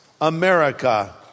America